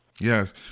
yes